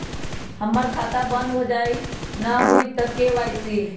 हमर खाता बंद होजाई न हुई त के.वाई.सी?